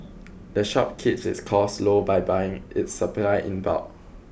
the shop keeps its costs low by buying its supplies in bulk